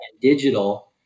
digital